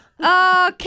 okay